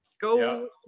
go